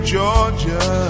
Georgia